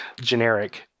generic